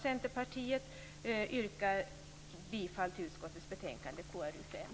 Centerpartiet yrkar bifall till hemställan i betänkande KrU5.